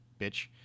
bitch